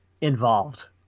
involved